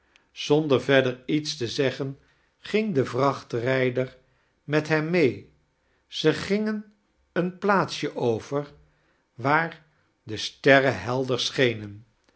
zonder verder iets te zeggen ging de vrachtrijder met hem mee zij gingen een plaatsje over waar de sterchakles dickens ren helder schenen